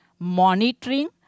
monitoring